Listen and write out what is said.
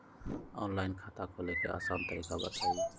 Online खाता खोले के आसान तरीका बताए?